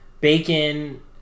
Bacon